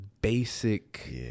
basic